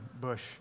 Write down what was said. bush